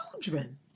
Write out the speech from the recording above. children